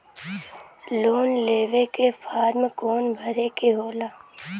Loan लेवे के form कौन भरे के होला?